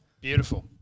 beautiful